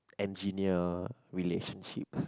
engineer relationships